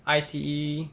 I_T_E